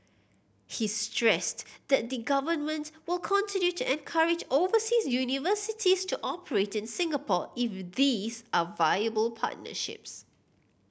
he stressed that the Government will continue to encourage overseas universities to operate in Singapore if these are viable partnerships